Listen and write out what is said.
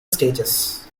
stages